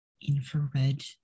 infrared